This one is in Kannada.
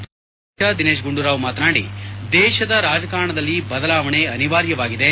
ಕೆಪಿಸಿ ಅಧ್ಯಕ್ಷ ದಿನೇಶ್ ಗುಂಡೂರಾವ್ ಮಾತನಾಡಿ ದೇಶದ ರಾಜಕಾರಣದಲ್ಲಿ ಬದಲಾವಣೆ ಅನಿವಾರ್ಯವಾಗಿದೆ